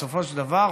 בסופו של דבר,